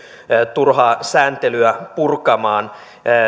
turhaa sääntelyä purkamaan